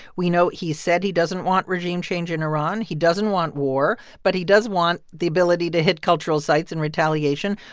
we know he said he doesn't want regime change in iran. he doesn't want war, but he does want the ability to hit cultural sites in retaliation.